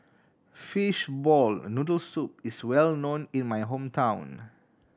fishball noodle soup is well known in my hometown